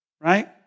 right